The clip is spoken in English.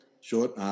short